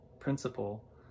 principle